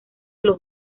los